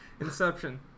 Inception